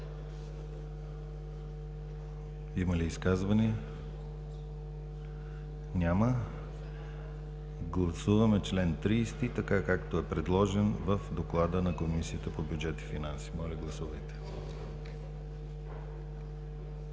Има ли изказвания? Няма. Гласуваме чл. 55, така както е предложен в доклада на Комисията по бюджет и финанси. Гласували